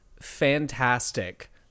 fantastic